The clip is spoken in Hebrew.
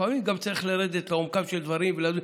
לפעמים צריך גם לרדת לעומקם של דברים,